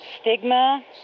stigma